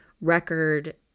record